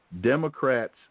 Democrats